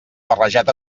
barrejat